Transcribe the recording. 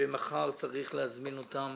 צריך להזמין אותם